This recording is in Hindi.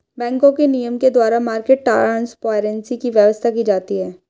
बैंकों के नियम के द्वारा मार्केट ट्रांसपेरेंसी की व्यवस्था की जाती है